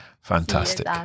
Fantastic